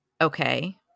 okay